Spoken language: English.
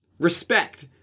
respect